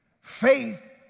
faith